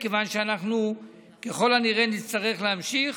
מכיוון שאנחנו ככל הנראה נצטרך להמשיך.